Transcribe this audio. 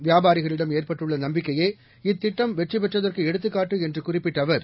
வியாபாரிகளிடம் ஏற்பட்டுள்ள நம்பிக்கையே இத்திட்டம் வெற்றி பெற்றதற்கு எடுத்துக்காட்டு என்று குறிப்பிட்ட அவர்